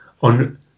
on